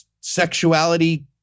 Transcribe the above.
sexuality